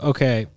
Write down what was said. Okay